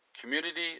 community